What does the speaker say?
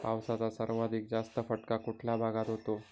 पावसाचा सर्वाधिक जास्त फटका कुठल्या भागात होतो?